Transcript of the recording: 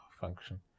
function